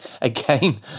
Again